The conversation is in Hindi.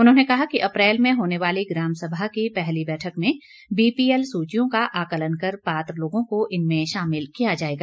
उन्होंने कहा कि अप्रैल में होने वाली ग्राम सभा की पहली बैठक में बीपीएल सूचियों का आकलन कर पात्र लोगों को इनमें शामिल किया जाएगा